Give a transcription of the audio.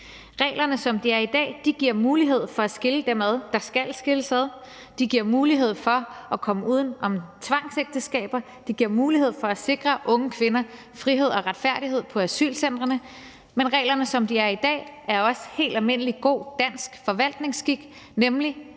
Reglerne, som de er i dag, giver mulighed for at skille dem ad, der skal skilles ad, de giver mulighed for at komme uden om tvangsægteskaber, de giver mulighed for at sikre unge kvinder frihed og retfærdighed på asylcentrene. Men reglerne, som de er i dag, er også helt almindelig god dansk forvaltningsskik, nemlig